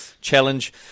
challenge